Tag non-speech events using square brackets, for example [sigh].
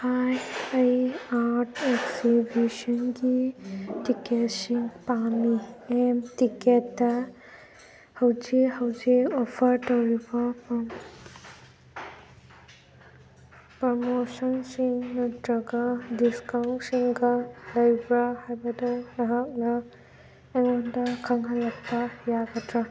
ꯍꯥꯏ ꯑꯩ ꯑꯥꯔ꯭ꯇ ꯑꯦꯛꯖꯤꯕꯤꯁꯟꯒꯤ ꯇꯤꯀꯦꯠꯁꯤꯡ ꯄꯥꯝꯃꯤ ꯑꯦꯝ ꯇꯤꯀꯦꯠꯇ ꯍꯧꯖꯤꯛ ꯍꯧꯖꯤꯛ ꯑꯣꯐꯔ ꯇꯧꯔꯤꯕ [unintelligible] ꯄ꯭ꯔꯣꯃꯣꯁꯟꯁꯤꯡ ꯅꯠꯇ꯭ꯔꯒ ꯗꯤꯁꯀꯥꯎꯟꯁꯤꯡꯒ ꯂꯩꯕ꯭ꯔꯥ ꯍꯥꯏꯕꯗꯨ ꯅꯍꯥꯛꯅ ꯑꯩꯉꯣꯟꯗ ꯈꯪꯍꯜꯂꯛꯄ ꯌꯥꯒꯗ꯭ꯔꯥ